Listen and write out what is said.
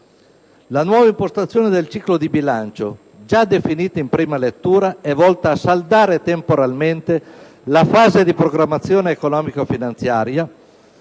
La nuova impostazione del ciclo di bilancio, già definita in prima lettura, è volta a saldare temporalmente la fase della programmazione economico-finanziaria